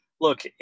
look